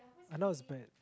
and I was bad